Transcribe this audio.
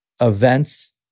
events